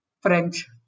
French